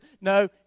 No